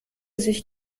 sich